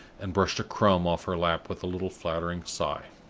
and brushed a crumb off her lap with a little flattering sigh.